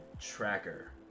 tracker